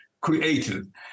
created